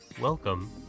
Welcome